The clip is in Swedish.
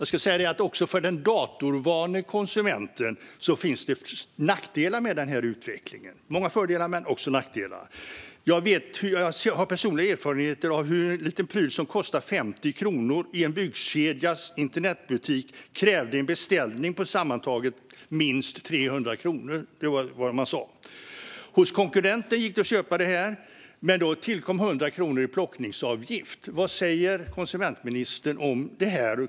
Fru talman! Också för den datorvane konsumenten finns det nackdelar med den här utvecklingen. Den har många fördelar men också nackdelar. Jag har personliga erfarenheter av hur en liten pryl som kostade 50 kronor i en byggkedjas internetbutik krävde en beställning på minst 300 kronor. Det var vad man sa. Hos konkurrenten gick det att köpa den, men då tillkom 100 kronor i plockningsavgift. Vad säger konsumentministern om det här?